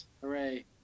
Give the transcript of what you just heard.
Hooray